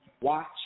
Watch